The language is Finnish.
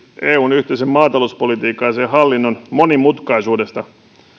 eun yhteisen maatalouspolitiikan ja sen hallinnon monimutkaisuudesta